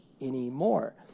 anymore